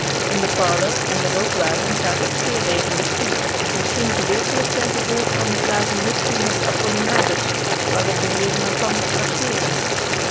in de parlour en den rookwagen gaat het zeer levendig toe misschen gedeeltelijk tengevolge van de glazen whisky met apollinaris waarop de heeren elkander tracteeren